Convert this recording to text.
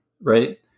right